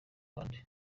bande